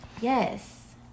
Yes